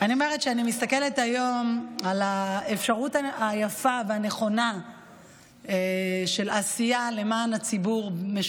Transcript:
אני אומרת שאני מסתכלת היום על האפשרות היפה והנכונה של עשייה משותפת